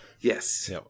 Yes